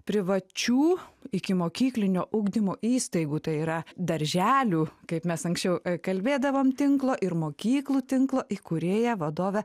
privačių ikimokyklinio ugdymo įstaigų tai yra darželių kaip mes anksčiau kalbėdavom tinklo ir mokyklų tinklo įkūrėja vadove